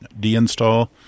deinstall